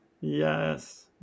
Yes